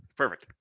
perfect.